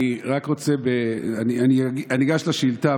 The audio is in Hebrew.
אני אגש לשאילתה,